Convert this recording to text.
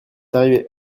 arrivé